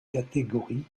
catégories